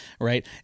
right